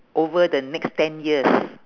over the next ten years